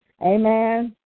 Amen